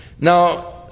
Now